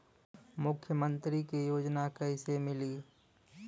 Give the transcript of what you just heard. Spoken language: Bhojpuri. मुख्यमंत्री के योजना कइसे मिली?